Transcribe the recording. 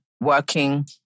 working